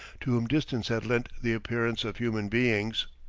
to whom distance had lent the appearance of human beings.